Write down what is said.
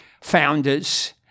founders